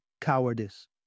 cowardice